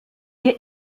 ihr